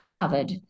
covered